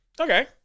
okay